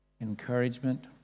encouragement